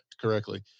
correctly